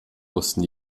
wussten